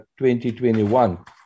2021